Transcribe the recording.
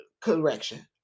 correction